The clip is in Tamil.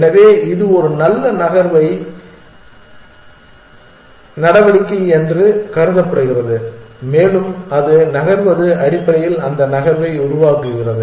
எனவே இது ஒரு நல்ல நடவடிக்கை என்று கருதப்படுகிறது மேலும் அது நகர்வது அடிப்படையில் அந்த நகர்வை உருவாக்குகிறது